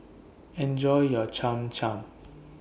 Enjoy your Cham Cham